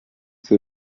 que